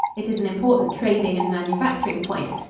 it is an important trading and manufacturing point,